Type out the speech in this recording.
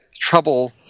trouble